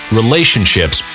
relationships